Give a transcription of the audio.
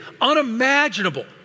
unimaginable